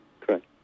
Correct